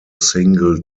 single